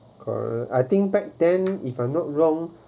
cor~ I think back then if I'm not wrong